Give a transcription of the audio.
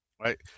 right